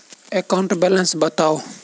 account balance बताउ